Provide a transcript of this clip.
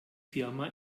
firma